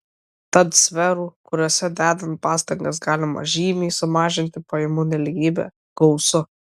tad sferų kuriose dedant pastangas galima žymiai sumažinti pajamų nelygybę gausu